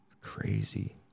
Crazy